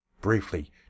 Briefly